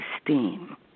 esteem